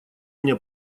мне